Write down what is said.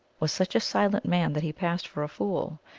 was such a silent man that he passed for a fool.